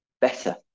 better